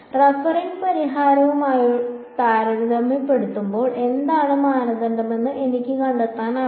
refereeing പരിഹാരവുമായി താരതമ്യപ്പെടുത്തുമ്പോൾ എന്താണ് മാനദണ്ഡമെന്ന് എനിക്ക് കണ്ടെത്താനാകും